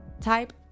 type